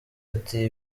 ati